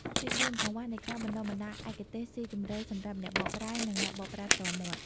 ទីបួន កង្វះនៃការបណ្តុះបណ្តាលឯកទេសស៊ីជម្រៅសម្រាប់អ្នកបកប្រែ និងអ្នកបកប្រែផ្ទាល់មាត់។